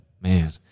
man